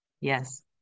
yes